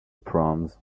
proms